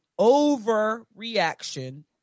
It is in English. overreaction